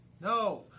No